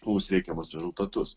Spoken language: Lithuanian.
mums reikiamus rezultatus